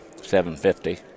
750